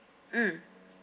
mm